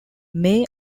may